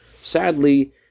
Sadly